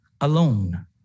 alone